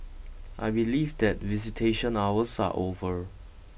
I believe that visitation hours are over